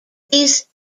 these